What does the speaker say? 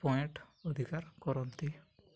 point ଅଧିକାର କରନ୍ତି